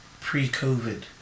pre-COVID